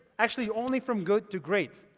actually, only from good to great.